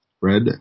red